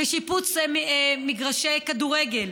בשיפוץ מגרשי כדורגל.